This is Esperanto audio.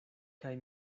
kaj